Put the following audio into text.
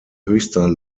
höchster